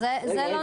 זה לא נאמר.